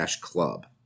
club